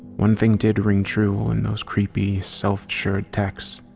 one thing did ring true in those creepy, self-assured texts.